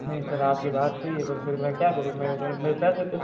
जी sir आपकी बात सही है सर फिर मैं क्या करूं मैं मैं मेरे पैसे तो